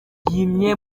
yimye